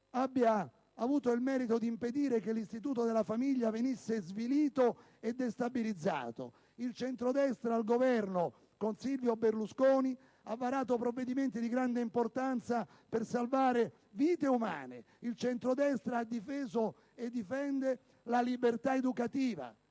abbia avuto il merito di impedire che l'istituto della famiglia venisse svilito e destabilizzato. Il centrodestra al Governo, con Silvio Berlusconi, ha varato provvedimenti di grande importanza per salvare vite umane. Il centrodestra ha difeso e difende la libertà educativa,